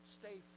stay